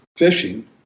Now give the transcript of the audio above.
fishing